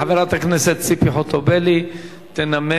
חברת הכנסת ציפי חוטובלי תנמק